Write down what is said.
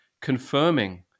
confirming